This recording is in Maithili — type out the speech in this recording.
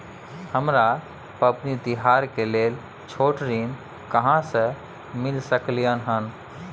हमरा पबनी तिहार के लेल छोट ऋण कहाँ से मिल सकलय हन?